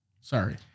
sorry